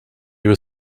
were